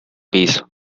piso